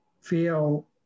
feel